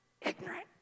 ignorant